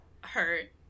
hurt